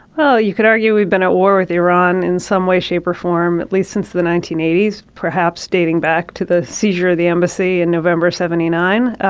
well, you could argue we've been at war with iran in some way, shape or form, at least since the nineteen eighty s, perhaps dating back to the seizure of the embassy in november of seventy nine.